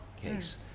case